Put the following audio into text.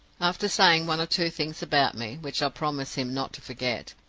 after saying one or two things about me, which i promise him not to forget,